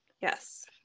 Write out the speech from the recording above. Yes